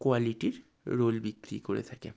কোয়ালিটির রোল বিক্রি করে থাকে